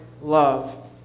love